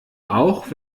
auch